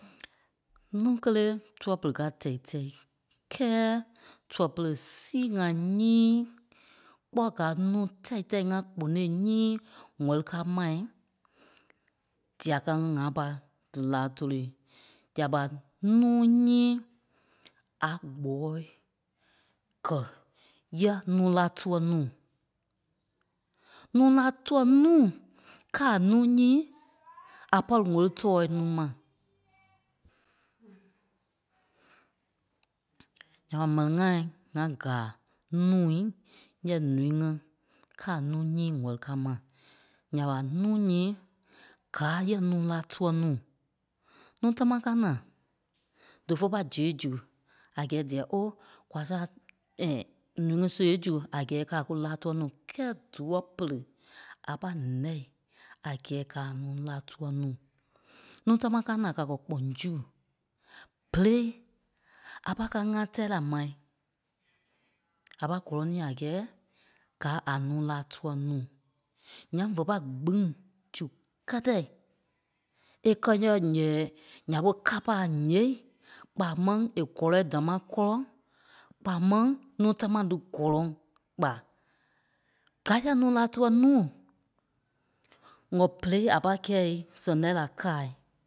Núu kélee tûa pere káa tɛ̂i tɛi, Kɛ́ɛ tua pere sii ŋai nyíi kpɔ́ gáa núu tɛ̂i tɛi ŋa kponôi nyíi ŋ̀wɛli káa mai, dîa ká ŋí ŋâa pâ dí láa tólii. Dîa ɓa núu nyíi a gbɔ́ɔi kɛ̀ yɛ̂ɛ núu láa tuɛ nuu. Núu láa tuɛ nuu káa a núu nyíi a pɔ̂ri ŋwóli tɔɔi núu ma. Ǹya ɓa m̀ɛni ŋai ŋa gàa nûui nyɛ ǹúui ŋí káa a núu ŋ̀wɛli káa ma, ǹya ɓa núu nyíi gáa yɛ̂ɛ núu láa tuɛ nuu. Núu táma káa na, dífe pâi ziɣêi zu a gɛ́ɛ dîɛ ó! kwa sâa ǹúui ŋí siɣêi zu a gɛ́ɛ é kɛ́ a kú láa tuɛ nuu. Kɛ́ɛ dua pere a pâi ǹɛ́i a gɛ́ɛ gáa a núu láa tuɛ nuu. Núu támaa káa na da kɛ̀ kpɔŋ su, berei a pâi ká ŋá tɛ́i la mai ka pâi gɔ́lɔŋ ni a gɛ́ɛ gáa a núu láa tuɛ nuu. Ǹyaŋ vé pâi gbîŋ su kɛ́tɛi é kɛ́ yɛ̂ ǹyɛɛ ǹya ɓé kâpa a ǹyêei kpaa máŋ è gɔlɔi dámaa kɔ́lɔŋ kpaa máŋ núu támaa da gɔ́lɔŋ kpa. Gáa yɛ̂ núu láa tuɛ nuu ŋɔ perei a pâi kɛ̂i sɛŋ lɛ́i la kâai.